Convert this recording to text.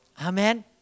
Amen